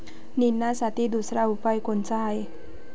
निंदनासाठी दुसरा उपाव कोनचा हाये?